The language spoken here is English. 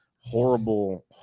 Horrible